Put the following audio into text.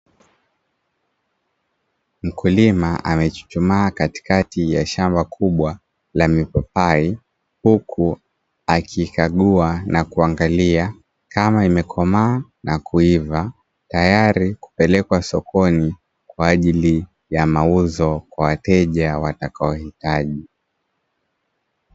Mkulima amechuchumaa katikati ya shamba kubwa la mipapai, huku akikagua na kuangalia kama imekomaa na kuiva, tayari kupelekwa sokoni kwa ajili ya mauzo kwa wateja watakaohitaji.